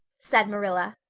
said marilla.